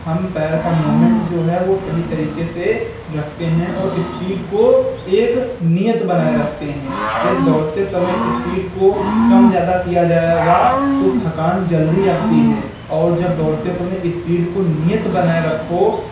हम पैर का मूवमेन्ट जो है वो सही तरीके से रखते हैं और स्पीड को एक नियत बनाए रखते हैं यदि दौड़ते समय स्पीड को कम ज़्यादा किया जाएगा तो थकान जल्दी आती है और जब दौड़ते समय स्पीड को नियत बनाए रखो